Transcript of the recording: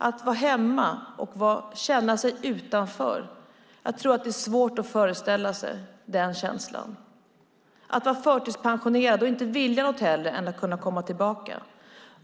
Att vara hemma och känna sig utanför, att vara förtidspensionerad och inte vilja något hellre än att kunna komma tillbaka - jag tror att det är svårt att föreställa sig den känslan.